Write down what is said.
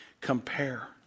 compare